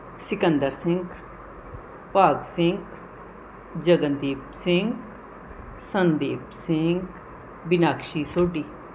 Sikandar Singh Bhag Singh Jagandeep Singh Sandeep Singh Binakshi Sodhi